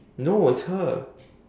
no it's her